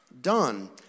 done